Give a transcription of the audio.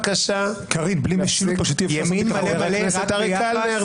אני מבקש שהוא יחזור מהאמירה הזאת.